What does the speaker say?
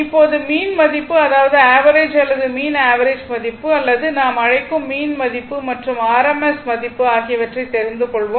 இப்போது மீன் மதிப்பு அதாவது ஆவரேஜ் அல்லது மீன் ஆவரேஜ் மதிப்பு அல்லது நாம் அழைக்கும் மீன் மதிப்பு மற்றும் ஆர்எம்எஸ் மதிப்பு ஆகியவற்றை தெரிந்து கொள்வோம்